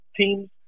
teams